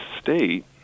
state